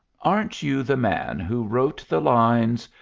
aren't you the man who wrote the lines,